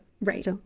right